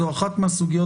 זאת אחת מהסוגיות